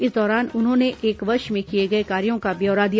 इस दौरान उन्होंने एक वर्ष में किए गए कार्यों का ब्यौरा दिया